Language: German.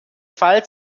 fall